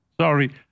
Sorry